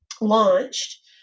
launched